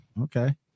Okay